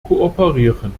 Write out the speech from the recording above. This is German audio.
kooperieren